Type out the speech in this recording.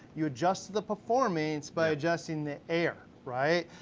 you adjust the performance by adjusting the air, right?